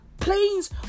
Planes